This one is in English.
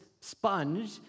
sponge